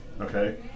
Okay